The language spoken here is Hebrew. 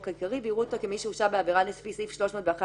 העיקרי ויראו אותו כמי שהורשע בעבירה לפי סעיף 301ב(א),